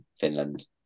Finland